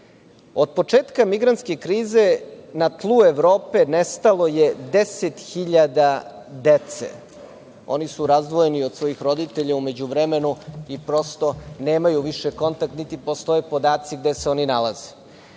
početka migrantske krize na tlu Evrope nestalo je 10.000 dece. Oni su razdvojeni od svojih roditelja u međuvremenu i nemaju više kontakt niti postoje podaci gde se oni nalaze.